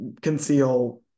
conceal